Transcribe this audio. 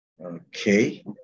Okay